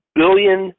billion